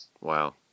wow